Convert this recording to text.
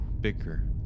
bicker